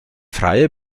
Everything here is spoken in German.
freie